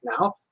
now